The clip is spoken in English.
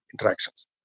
interactions